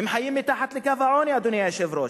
חיות מתחת לקו העוני, אדוני היושב-ראש.